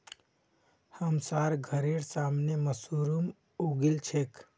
हमसार घरेर सामने मशरूम उगील छेक